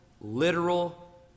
literal